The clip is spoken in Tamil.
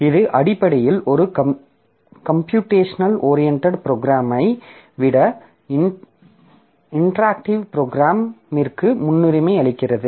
இது அடிப்படையில் ஒரு கம்பியூடேஷன் ஓரியண்டட் ப்ரோக்ராமை விட இன்டராக்ட்டிவ் ப்ரோக்ராமிற்கு முன்னுரிமை அளிக்கிறது